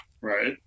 Right